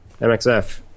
MXF